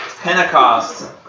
Pentecost